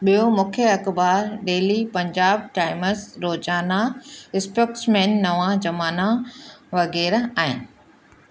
ॿियो मुख्य अख़बार Daily Punjab Times Rozana Spokesman Nawan Zamana वग़ैरह आहिनि